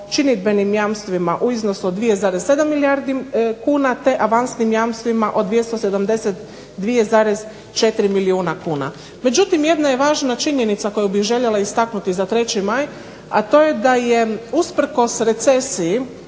činidbenim jamstvima u iznosu od 2,7 milijardi kuna, te avansnim jamstvima od 272,4 milijuna kuna. Međutim, jedna je važna činjenica koju bih željela istaknuti za 3. Maj a to je da je usprkos recesiji